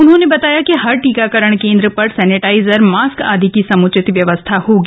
उन्होने बताया कि हर टीकाकरण केंद्र पर सैनिटाइजर मास्क आदि की समुचित व्यवस्था होगी